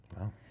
Wow